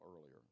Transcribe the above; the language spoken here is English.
earlier